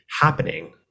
happening